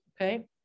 okay